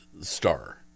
star